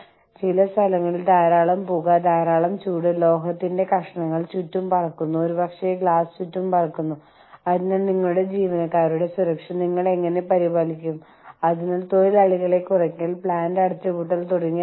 നമ്മൾ എങ്ങനെ നിലകൊള്ളുന്നു ലോകത്തിന്റെ മറ്റു ഭാഗങ്ങളുമായി താരതമ്യപ്പെടുത്തുമ്പോൾ നമ്മളെക്കുറിച്ച് നമ്മൾ എന്താണ് ചിന്തിക്കുന്നത് എന്നെല്ലാം ഇന്റർനാഷണൽ ഓറിയന്റേഷൻ കൊണ്ട് സൂചിപ്പിക്കുന്നു